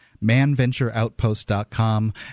ManVentureOutpost.com